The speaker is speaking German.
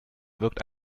wirkt